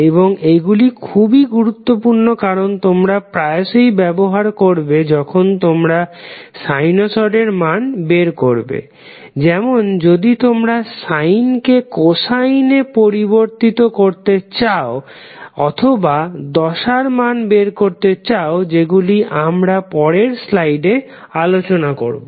এবং এগুলি খুবই গুরুত্বপূর্ণ কারণ তোমরা প্রায়সই ব্যবহার করবে যখন তোমরা সাইনসডের মান বের করবে যেমন যদি তোমরা সাইন কে কোসাইনে পরিবর্তিত করতে চাও অথবা দশার মান বের করতে চাও যেগুলি আমরা পরের স্লাইডে আলোচনা করবো